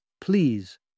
please